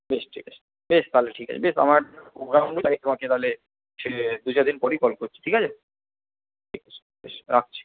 বেশ ঠিক আছে বেশ তাহলে ঠিক আছে বেশ আমার প্রোগ্রাম তোমাকে তাহলে দু চার দিন পরেই কল করছি ঠিক আছে বেশ বেশ রাখছি